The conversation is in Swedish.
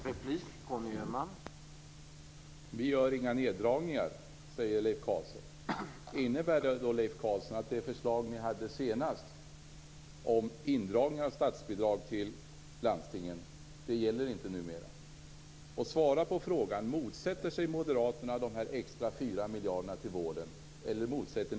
Herr talman! Leif Carlson säger att moderaterna inte föreslår några neddragningar. Innebär det, Leif Carlson, att det förslag ni hade senast om indragning av statsbidrag till landstingen inte gäller numera? Svara på frågan om moderaterna motsätter sig de extra fyra miljarderna till vården eller inte.